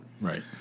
right